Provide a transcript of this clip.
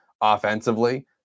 offensively